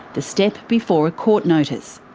the step before a court notice.